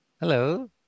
Hello